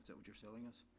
so what you're selling us?